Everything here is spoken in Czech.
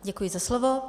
Děkuji za slovo.